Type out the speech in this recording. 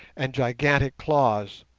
and gigantic claws.